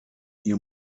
ihr